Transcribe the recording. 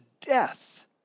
death